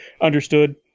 understood